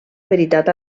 veritat